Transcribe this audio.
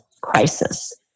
crisis